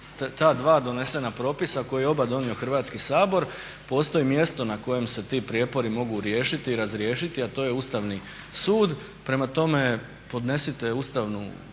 ta dva donesena propisa koja je oba donio Hrvatski sabor postoji mjesto na kojem se ti prijepori mogu riješiti i razriješiti, a to je Ustavni sud. Prema tome, podnesite Ustavnom